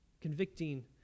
convicting